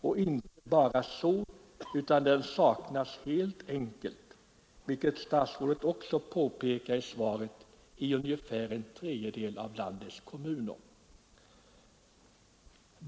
I ungefär en tredjedel av landets kommuner saknas färdtjänst helt, vilket statsrådet påpekar i svaret.